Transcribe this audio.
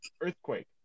earthquake